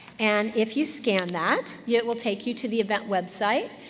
and if you scan that, yeah it will take you to the event website,